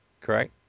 correct